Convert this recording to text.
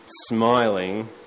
smiling